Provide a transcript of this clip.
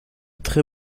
très